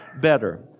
better